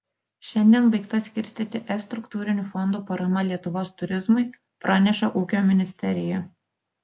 šiandien baigta skirstyti es struktūrinių fondų parama lietuvos turizmui praneša ūkio ministerija